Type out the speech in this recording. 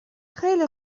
خیلی